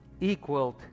equaled